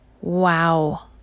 Wow